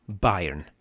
Bayern